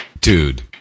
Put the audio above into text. Dude